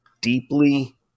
deeply